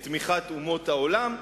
את תמיכת אומות העולם,